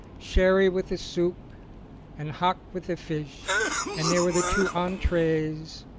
sherry with the soup and hock with the fish and there were the two entrees,